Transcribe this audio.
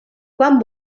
quan